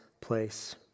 place